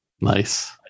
Nice